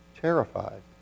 terrified